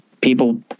people